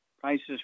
prices